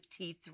T3